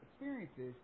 experiences